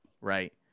right